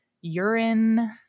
Urine